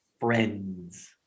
friends